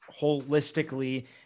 holistically